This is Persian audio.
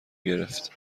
گرفت